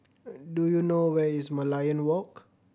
do you know where is Merlion Walk